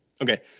Okay